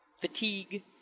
fatigue